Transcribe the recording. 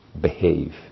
behave